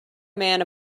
man